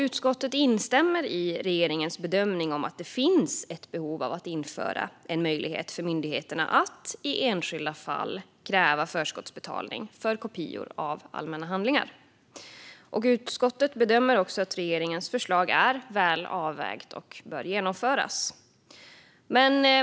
Utskottet instämmer i regeringens bedömning att det finns ett behov av att införa en möjlighet för myndigheterna att i enskilda fall kräva förskottsbetalning för kopior av allmänna handlingar. Utskottet bedömer att regeringens förslag är väl avvägt och bör genomföras.